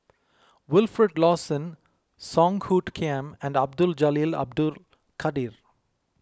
Wilfed Lawson Song Hoot Kiam and Abdul Jalil Abdul Kadir